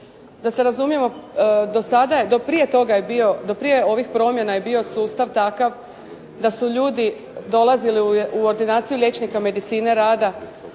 do prije toga je bio, do prije ovih promjena je bio sustav takav da su ljudi dolazili u ordinaciju liječnika medicine rada,